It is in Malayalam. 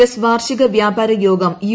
എസ് പ്രാർഷിക വ്യാപാര യോഗം യു